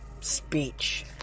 speech